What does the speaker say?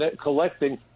collecting